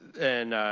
and